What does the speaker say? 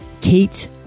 Kate